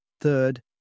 Third